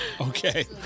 Okay